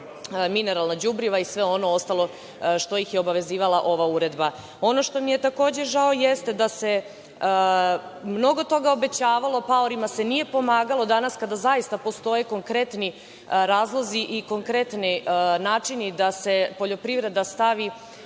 mineralna đubriva i sve ono ostalo što ih je obavezivala ova uredba. Ono što mi je, takođe, žao jeste da se mnogo toga obećavalo. Paorima se nije pomagalo danas kada zaista postoje konkretni razlozi i konkretni načini da se poljoprivreda stavi